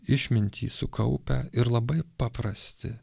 išmintį sukaupę ir labai paprasti